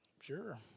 sure